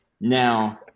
Now